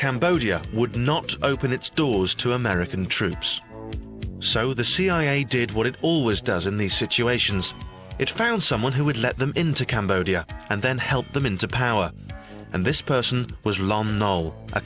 cambodia would not open its doors to american troops so the cia did what it always does in these situations it found someone who would let them into cambodia and then help them into power and this person was